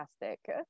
fantastic